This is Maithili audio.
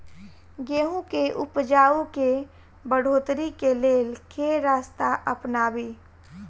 गेंहूँ केँ उपजाउ केँ बढ़ोतरी केँ लेल केँ रास्ता अपनाबी?